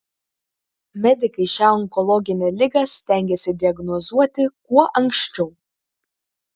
medikai šią onkologinę ligą stengiasi diagnozuoti kuo anksčiau